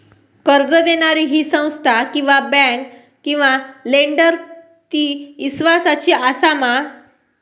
कर्ज दिणारी ही संस्था किवा बँक किवा लेंडर ती इस्वासाची आसा मा?